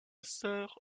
sœur